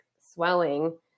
swelling